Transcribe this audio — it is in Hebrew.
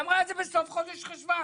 היא אמרה את זה בסוף חודש חשוון.